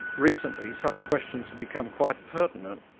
recently such questions have become quite pertinent,